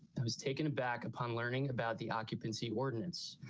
i was taken aback. upon learning about the occupancy ordinance.